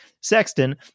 Sexton